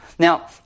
Now